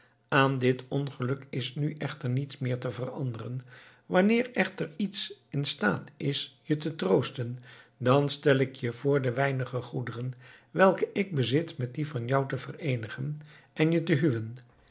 aan dit ongeluk is nu echter niets meer te veranderen wanneer echter iets in staat is je te troosten dan stel ik je voor de weinige goederen welke ik bezit met die van jou te vereenigen en je te huwen